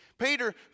Peter